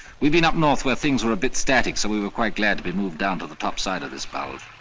we'd been up north where things were a bit static so we were quite glad to be moved down to the topside of this battle.